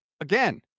Again